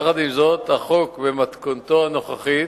יחד עם זאת, החוק במתכונתו הנוכחית